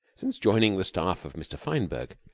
since joining the staff of mr. fineberg,